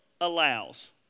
allows